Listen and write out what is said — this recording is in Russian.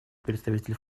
представитель